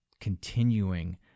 Continuing